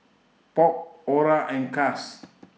Polk Orah and Cas